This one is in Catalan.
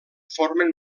formen